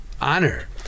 honor